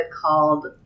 called